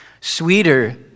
sweeter